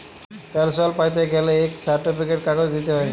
পেলসল প্যাইতে গ্যালে ইক সার্টিফিকেট কাগজ দিইতে হ্যয়